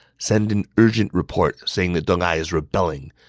send an urgent report saying that deng ai is rebelling.